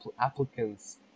applicants